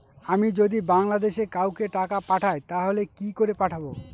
আমি যদি বাংলাদেশে কাউকে টাকা পাঠাই তাহলে কি করে পাঠাবো?